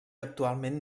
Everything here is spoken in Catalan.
actualment